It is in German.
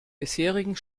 bisherigen